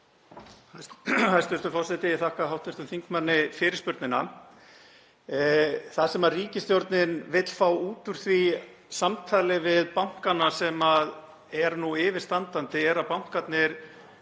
Hæstv. forseti. Ég þakka hv. þingmanni fyrirspurnina. Það sem ríkisstjórnin vill fá út úr því samtali við bankana sem er nú yfirstandandi er að bankarnir